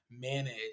manage